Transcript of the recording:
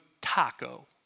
taco